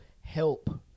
help